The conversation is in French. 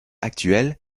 actuelle